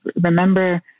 remember